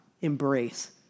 embrace